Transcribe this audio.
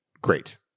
great